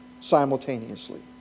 simultaneously